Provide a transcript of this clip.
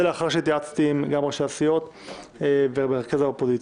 זה לאחר שהתייעצתי עם ראשי הסיעות ומרכז האופוזיציה.